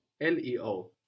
L-E-O